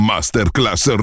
Masterclass